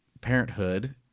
parenthood